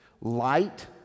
Light